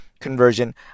conversion